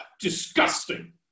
Disgusting